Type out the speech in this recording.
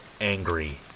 angry